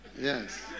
yes